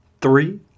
Three